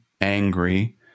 angry